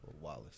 Wallace